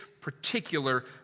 particular